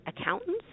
accountants